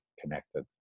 connected